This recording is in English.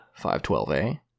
512A